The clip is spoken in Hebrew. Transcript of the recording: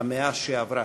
המאה שעברה.